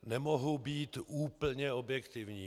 Nemohu být úplně objektivní.